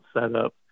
setup